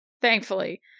thankfully